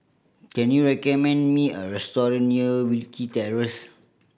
can you recommend me a restaurant near Wilkie Terrace